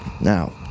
Now